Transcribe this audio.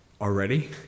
already